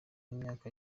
nk’imyaka